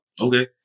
Okay